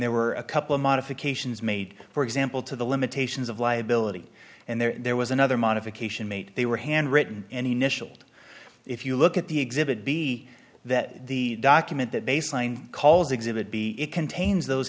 there were a couple of modifications made for example to the limitations of liability and there was another modification made they were hand written any initial if you look at the exhibit b that the document that they signed calls exhibit b it contains those